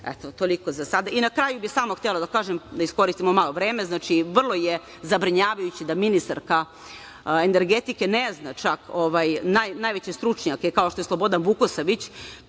Toliko za sada. Na kraju bih samo htela da iskoristim vreme, znači, vrlo je zabrinjavajuće da ministarka energetike ne zna najveće stručnjake kao što je Slobodan Vukosavić,